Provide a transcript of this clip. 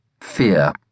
fear